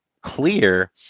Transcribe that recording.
clear